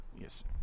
Yes